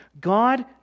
God